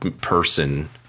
person